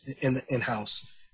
in-house